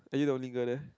are you the only girl there